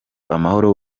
amahoro